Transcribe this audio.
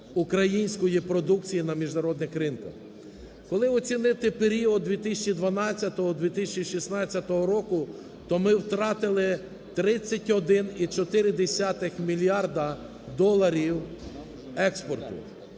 української продукції на міжнародних ринках. Коли оцінити період 2012-2016рокуів, то ми втратили 31,4 мільярда доларів експорту.